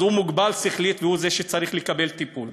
הוא מוגבל שכלית והוא זה שצריך לקבל טיפול.